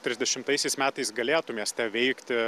trisdešimtaisiais metais galėtų mieste veikti